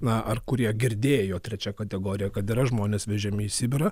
na ar kurie girdėjo trečia kategorija kad yra žmonės vežami į sibirą